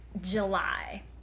July